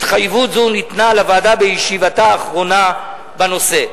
התחייבות זו ניתנה לוועדה בישיבתה האחרונה בנושא.